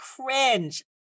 cringe